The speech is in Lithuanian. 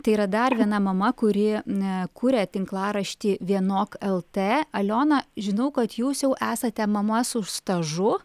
tai yra dar viena mama kuri kuria tinklaraštį vienok lt aliona žinau kad jūs jau esate mama su stažu